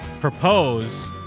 propose